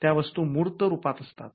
त्या वस्तू मूर्त रुपात असतात